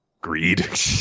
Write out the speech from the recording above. greed